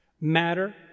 matter